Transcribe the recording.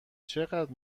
چقدر